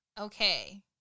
Okay